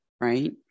right